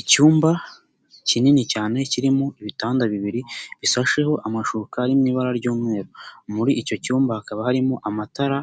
Icyumba kinini cyane kirimo ibitanda bibiri bishasheho amashuka ari mu ibara ry'umweru, muri icyo cyumba hakaba harimo amatara